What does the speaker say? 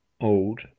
old